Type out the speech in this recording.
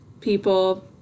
people